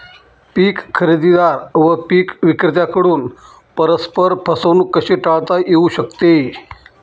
पीक खरेदीदार व पीक विक्रेत्यांकडून परस्पर फसवणूक कशी टाळता येऊ शकते?